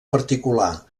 particular